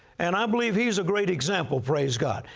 and i believe he's a great example, praise god.